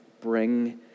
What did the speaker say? bring